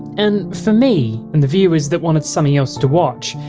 and for me and the viewers that wanted something else to watch,